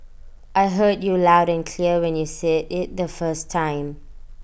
I heard you loud and clear when you said IT the first time